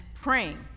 praying